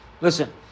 Listen